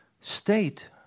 state